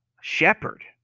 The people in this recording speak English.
shepherd